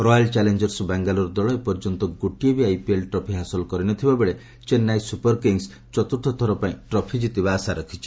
royal challengers Bangalore ଦଳ ଏପର୍ଯ୍ୟନ୍ତ ଗୋଟିଏ ବି ଆଇପିଏଲ୍ ଟ୍ରଫି ହାସଲ କରିନଥିବା ବେଳେ ଚେନ୍ନାଇ ସୁପର୍ କିଙ୍ଗ୍ର୍ସ ଚତୁର୍ଥଥର ପାଇଁ ଟ୍ରଫି ଜିତିବା ପାଇଁ ଆଶା ରଖିଛି